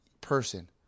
person